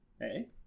Hey